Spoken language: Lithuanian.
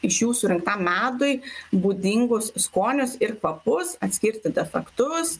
iš jų surinktam medui būdingus skonius ir kvapus atskirti defaktus